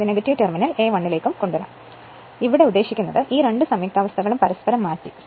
ഞാൻ ഇവിടെ ഉദ്ദേശിക്കുന്നത് ഈ രണ്ട് സംയുക്താവസ്ഥകളും പരസ്പരം മാറ്റി